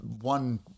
one